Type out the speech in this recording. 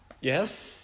Yes